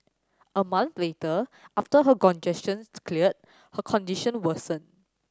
a month later after her congestion cleared her condition worsened